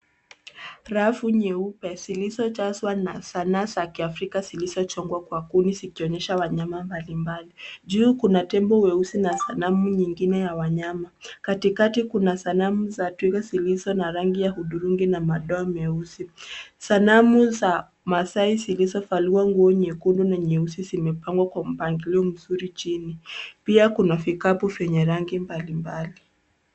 Rafu nyeupe zilizojazwa na sanaa za kiafrika zilizochongwa kwa kuni zikionyesha wanyama mbalimbali. Juu kuna tembo weusi na sanamu nyingine ya wanyama. Katikati kuna sanamu za twiga zilizo na rangi ya hudhurungi na madoa meusi. Sanamu za maasai zilizovaliwa nguo nyekundu na nyeusi zimepangwa kwa mpangilio mzuri chini. Pia kuna vikapu vyenye rangi mbalimbali.